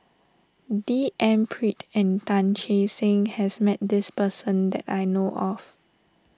D N Pritt and Tan Che Sang has met this person that I know of